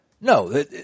No